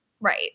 Right